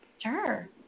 Sure